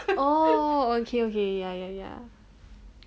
oh okay okay ya ya ya